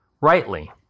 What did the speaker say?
rightly